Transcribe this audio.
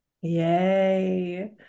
Yay